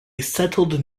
settled